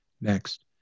next